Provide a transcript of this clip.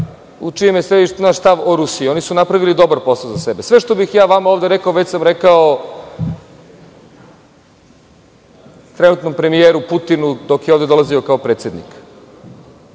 u čijem je središtu naš stav o Rusiji. Oni su napravili dobar posao za sebe. Sve što bih vama ovde rekao, već sam rekao trenutnom premijeru Putinu dok je ovde dolazio, kao predsednik.